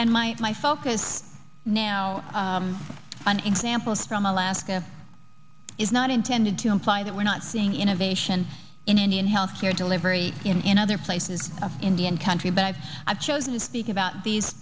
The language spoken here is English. and my my focus now on examples from alaska is not intended to imply that we're not seeing innovation in indian healthcare delivery in other places of indian country but i've i've chosen to speak about these